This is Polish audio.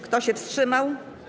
Kto się wstrzymał?